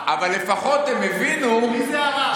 מי רב?